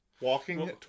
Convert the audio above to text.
walking